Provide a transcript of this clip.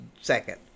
second